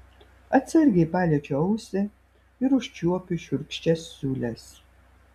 atsargiai paliečiu ausį ir užčiuopiu šiurkščias siūles